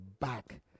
back